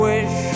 Wish